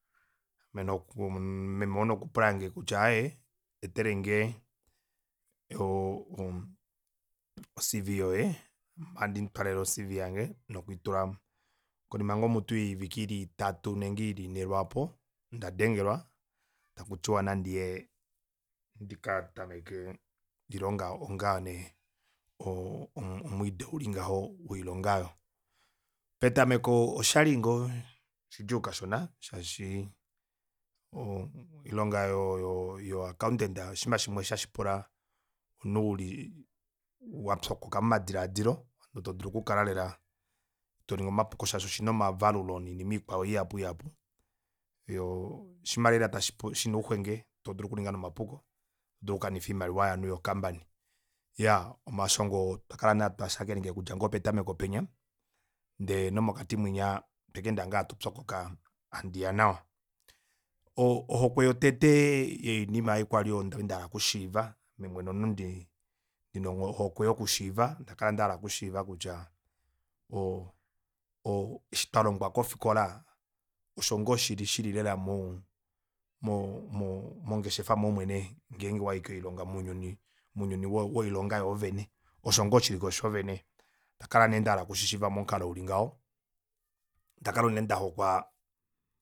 Ame noku meme oo nokupulange kutya aaye etelenge o- o- o- o cv yoye ohandi mutwalele o cv yange nokwiitulamo konima ngoo mutu yiivike ili itatu ile ili inhe lwaapo onda dengelwa takutiwa nandiye ndika tameke oilong onga nee o- o- omwiideuli woilonga aayo ngaho. petameko oshali ngoo shidjuu kashona shaashi oilonga yo u accountant oshinima shimwe hashipula omunhu uli wapyokoka momadilaadilo hano todulu oku kala lela toningi omapuko shaashi oshina omavalulo noinima ikwaao ihapu ihapu yoo oshima lela shina ouxwenge todulu okuninga nomapuko oto dulu okukanifa omilai yovanhu yo campany iya omashongo oo otwakala nee hatu ashakeneke okudja ngoo petameko penya ndee nomo nomokati munya otwe keenda ngoo hatu pyokoka handiya nawa ohokwe yotete yoinima ei kwali ndali ndahala okushiiva amwe mwene omunhu ndina ohokwe yokushiiva onda kala ndahala okushiiva kutya o- o eshi twalongwa kofikola osho ngoo shili lela muu mo- mo- mo- mongeshefa momwene ngeenge owayi koilonga mounyuni, mounyuni woilonga yoovene osho ngoo shiliko shoovene onda kala nee ndahala oku shishiiva momukalo uli ngaho onda kala unene ndahokwa